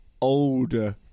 older